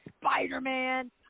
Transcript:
Spider-Man